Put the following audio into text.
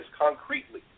concretely